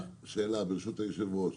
שאלה, ברשות היושב ראש,